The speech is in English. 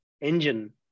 engine